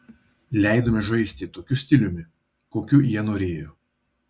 leidome žaisti tokiu stiliumi kokiu jie norėjo